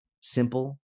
simple